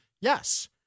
Yes